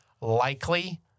likely